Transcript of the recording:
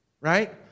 right